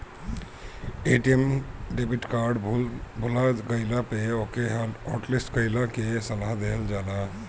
ATM debit card भूला गईला पे ओके हॉटलिस्ट कईला के सलाह देहल जाला